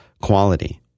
quality